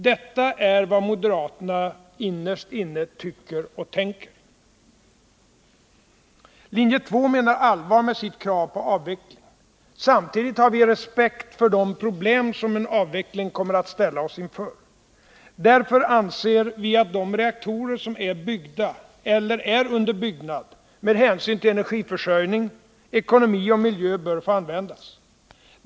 Detta är vad moderaterna innerst inne tycker och tänker. Linje 2 menar allvar med sitt krav på avveckling. Samtidigt har vi respekt för de problem som en avveckling kommer att ställa oss inför. Därför anser vi att de reaktorer som är byggda eller är under byggnad med hänsyn till energiförsörjning, ekonomi och miljö bör få användas.